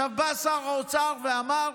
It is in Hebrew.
עכשיו בא שר האוצר ואמר: